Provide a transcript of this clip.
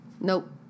Nope